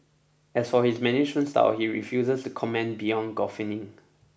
as for his management style he refuses to comment beyond guffawing